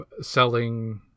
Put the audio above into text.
selling